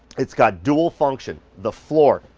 it's got dual function, the floor.